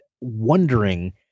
wondering